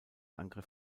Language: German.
angriff